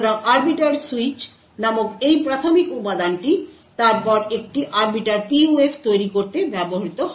সুতরাং arbiter switch নামক এই প্রাথমিক উপাদানটি তারপর একটি আরবিটার PUF তৈরি করতে ব্যবহৃত হয়